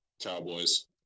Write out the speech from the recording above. Cowboys